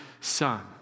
son